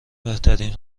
بهترین